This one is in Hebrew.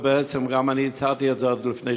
ובעצם גם אני הצעתי את זה עוד לפני